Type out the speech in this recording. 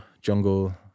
jungle